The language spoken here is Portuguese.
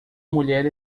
mulher